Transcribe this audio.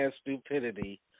stupidity